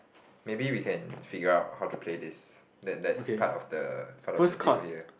maybe we can figure out how to play this then that's part of the part of the deal here